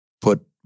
put